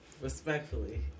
respectfully